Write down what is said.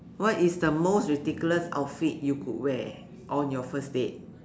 what is the most ridiculous outfit you could wear on your first date